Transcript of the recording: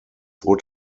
would